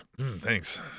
thanks